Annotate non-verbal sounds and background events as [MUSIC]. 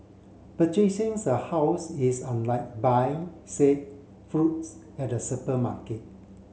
[UNINTELLIGIBLE] a house is unlike buying say fruits at a supermarket